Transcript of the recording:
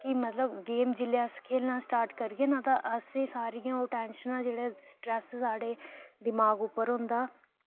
कि मतलब गेम जिल्लै अस खेलना स्टार्ट करगे ना तां असें सारियां ओह् टैंशनां जेह्ड़े स्ट्रैस साढ़े दिमाग उप्पर होंदा